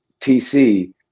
TC